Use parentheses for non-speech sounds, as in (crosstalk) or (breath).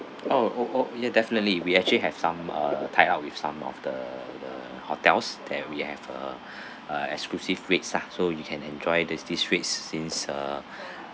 oh oh oh ya definitely we actually have some uh tied up with some of the the hotels that we have a (breath) a exclusive rates ah so you can enjoy the these rates since uh (breath)